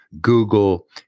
Google